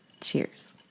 Cheers